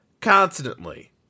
constantly